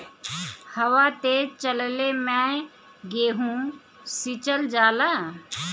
हवा तेज चलले मै गेहू सिचल जाला?